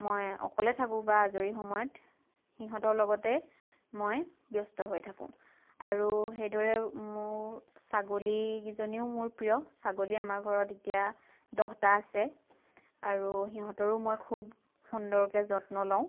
মই অকলে থাকোঁ বা আজৰি সময়ত সিহঁতৰ লগতে মই ব্যস্ত হৈ থাকোঁ আৰু সেইদৰে মোৰ ছাগলীকেইজনীও প্ৰিয় ছাগলী আমাৰ ঘৰত এতিয়া দহটা আছে আৰু সিহঁতৰো মই খুব সুন্দৰকৈ যত্ন লওঁ